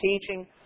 teaching